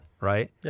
right